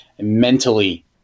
mentally